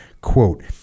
Quote